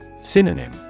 Synonym